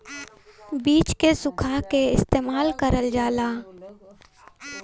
बीज के सुखा के इस्तेमाल करल जाला